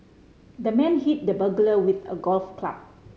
the man hit the burglar with a golf club